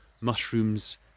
mushrooms